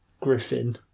griffin